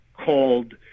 called